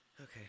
Okay